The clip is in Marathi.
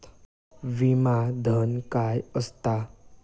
विमा धन काय असता?